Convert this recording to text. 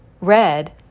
Red